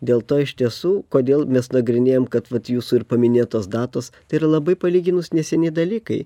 dėl to iš tiesų kodėl mes nagrinėjam kad vat jūsų ir paminėtos datos tai yra labai palyginus neseni dalykai